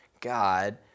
God